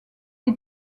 est